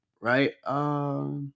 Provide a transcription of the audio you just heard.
right